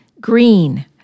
green